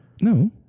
No